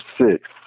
six